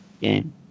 game